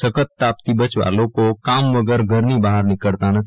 સપ્ત તાપથી બચવા લોકો કામ વગર ઘરની બહાર નીકળતા નથી